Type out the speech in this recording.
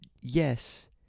yes